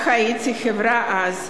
שבה הייתי חברה אז,